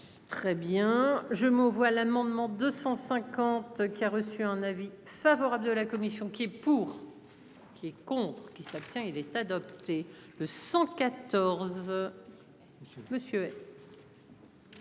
Très bien je me vois l'amendement 250 qui a reçu un avis favorable de la commission qui. Pour. Qui est contre. Qui ça. Tiens il est adopté le 114. Monsieur,